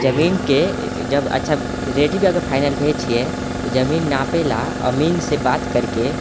जमीनके जब अच्छा रेट भी अगर फाइनल भए छियै तऽ जमीन नापे ला अमीनसँ बात करिके